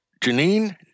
Janine